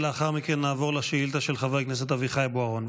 ולאחר מכן נעבור לשאילתה של חבר הכנסת אביחי בוארון.